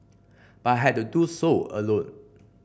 but I had to do so alone